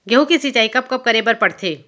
गेहूँ के सिंचाई कब कब करे बर पड़थे?